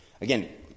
Again